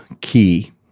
key